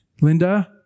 Linda